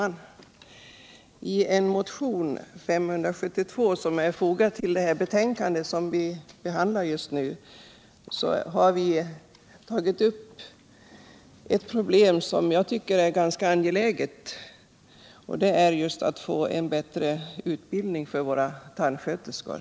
Herr talman! I motionen 572, som finns upptagen i det betänkande som vi behandlar just nu, har vi motionärer. tagit upp ett angeläget problem, nämligen behovet av en bättre utbildning för våra tandsköterskor.